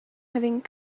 having